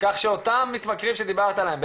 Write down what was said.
כך שאותם מתמכרים שדיברת עליהם,